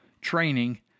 training